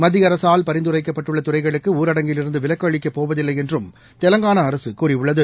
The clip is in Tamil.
மத்திய அரசால் பரிந்துரைக்கப்பட்டுள்ள துறைகளுக்கு ஊரடங்கில் இருந்து விலக்கு அளிக்கப் போவதில்லை என்றும் தெலுங்கானா அரசு கூறியுள்ளது